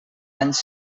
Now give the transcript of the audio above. anys